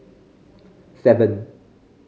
seven